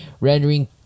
rendering